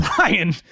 Ryan